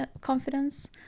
confidence